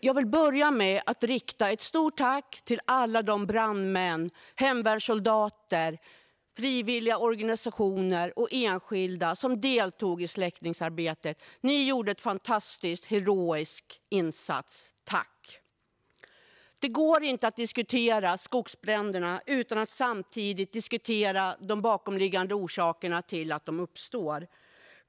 Jag vill börja med att rikta ett stort tack till alla de brandmän, hemvärnssoldater, frivilligorganisationer och enskilda som deltog i släckningsarbetet. Ni gjorde en fantastisk och heroisk insats. Tack! Det går inte att diskutera skogsbränderna utan att samtidigt diskutera de bakomliggande orsakerna till att de uppstår.